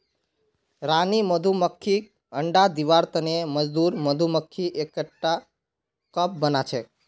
रानी मधुमक्खीक अंडा दिबार तने मजदूर मधुमक्खी एकटा कप बनाछेक